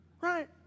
right